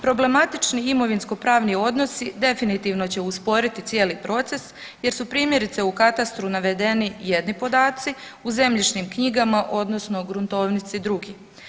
Problematični imovinskopravni odnosi definitivno će usporiti cijeli proces jer su primjerice u katastru navedeni jedni podaci, u zemljišnim knjigama odnosno gruntovnici drugi.